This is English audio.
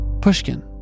Pushkin